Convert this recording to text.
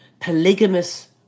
polygamous